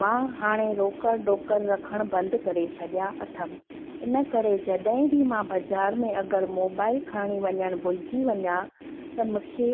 मां हाणे रोकड़ ॾोकड़ रखणु बंदि करे छॾिया अथमि इन करे जॾहिं बि मां बज़ार में मोबाइल खणी वञणु भुलिजी वञां त मूंखे